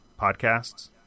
podcasts